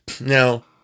Now